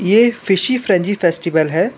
ये fishy frenzy festival है